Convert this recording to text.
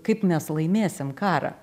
kaip mes laimėsim karą